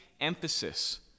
emphasis